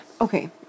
Okay